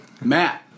Matt